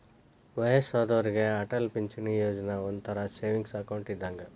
ವಯ್ಯಸ್ಸಾದೋರಿಗೆ ಅಟಲ್ ಪಿಂಚಣಿ ಯೋಜನಾ ಒಂಥರಾ ಸೇವಿಂಗ್ಸ್ ಅಕೌಂಟ್ ಇದ್ದಂಗ